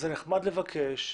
זה נחמד לבקש,